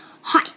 Hi